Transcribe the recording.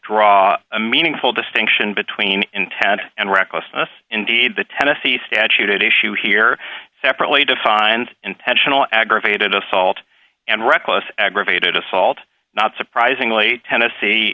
draw a meaningful distinction between intent and recklessness indeed the tennessee statute issue here separately defines intentional aggravated assault and reckless aggravated assault not surprisingly tennessee